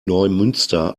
neumünster